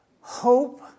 hope